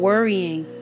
Worrying